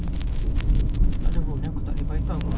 aku need to settle City Gas by today sia